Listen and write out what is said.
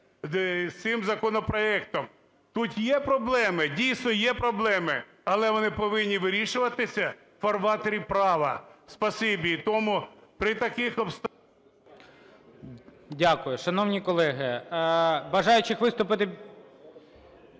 з цим законопроектом. Тут є проблеми? Дійсно, є проблеми, але вони повинні вирішуватися у фарватері права. Спасибі. І тому при таких… ГОЛОВУЮЧИЙ. Дякую. Шановні колеги, бажаючих виступити…